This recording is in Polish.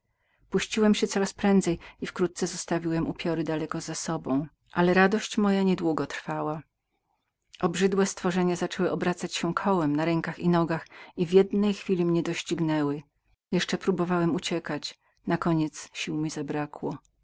puściłem się coraz prędzej i wkrótce zostawiłem upiory daleko za sobą ale radość moja niedługo trwała obrzydłe stworzenia zaczęły obracać się kołem na rękach i nogach i w jednej chwili mnie doścignęły jeszcze probowałem uciec nakoniec sił mi zabrakło